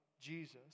Jesus